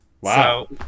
Wow